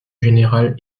général